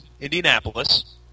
Indianapolis